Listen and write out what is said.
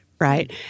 right